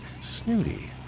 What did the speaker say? snooty